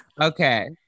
Okay